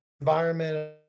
environment